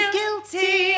guilty